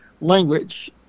language